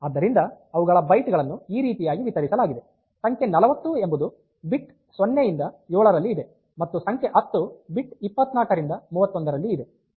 ಆದ್ದರಿಂದ ಅವುಗಳ ಬೈಟ್ ಗಳನ್ನು ಈ ರೀತಿಯಾಗಿ ವಿತರಿಸಲಾಗಿದೆ ಸಂಖ್ಯೆ 40 ಎಂಬುದು ಬಿಟ್ 0 ರಿಂದ 7 ರಲ್ಲಿ ಇದೆ ಮತ್ತು ಸಂಖ್ಯೆ 10 ಬಿಟ್ 24 ರಿಂದ 31 ರಲ್ಲಿ ಇದೆ